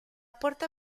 puerta